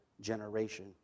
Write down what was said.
generation